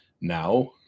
now